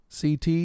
CT